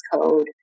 code